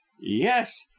yes